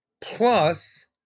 plus